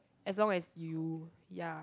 as long as you ya